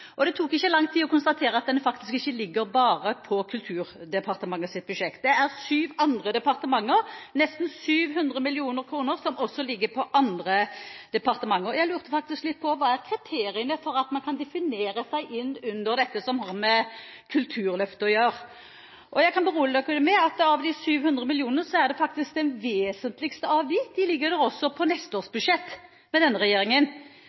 inneholdt. Det tok ikke lang tid å konstatere at den faktisk ikke ligger bare på Kulturdepartementets budsjett. Det er syv andre departementer, nesten 700 mill. kr ligger på andre departementer. Jeg lurte faktisk litt på hva som er kriteriene for at man kan definere seg inn under det som har med Kulturløftet å gjøre. Jeg kan berolige med at når det gjelder de 700 mill. kr, ligger faktisk det vesentligste der også på neste års budsjett, med denne regjeringen.